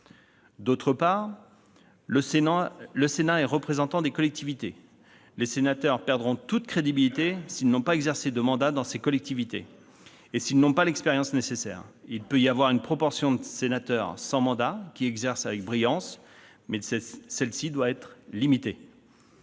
ailleurs, le Sénat est le représentant des collectivités. Les sénateurs perdront toute crédibilité s'ils n'ont pas exercé de mandat dans ces collectivités et s'ils n'ont pas l'expérience nécessaire. Il peut y avoir une proportion de sénateurs sans mandat qui exercent brillamment, mais celle-ci doit être limitée.